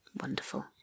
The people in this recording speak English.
Wonderful